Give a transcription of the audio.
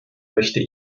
möchte